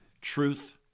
truth